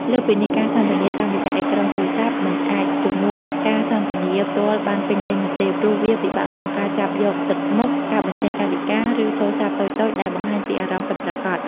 លើសពីនេះ ការសន្ទនាតាមរយៈអេក្រង់ទូរស័ព្ទ មិនអាចជំនួសការសន្ទនាផ្ទាល់បានពេញលេញនោះទេ ព្រោះវាពិបាកក្នុងការចាប់យកទឹកមុខ ការបញ្ចេញកាយវិការ ឬសូរស័ព្ទតូចៗ ដែលបង្ហាញពីអារម្មណ៍ពិតប្រាកដ។